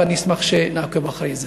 ואני אשמח שנעקוב אחרי זה.